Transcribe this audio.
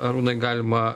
arūnai galima